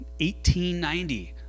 1890